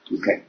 Okay